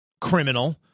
criminal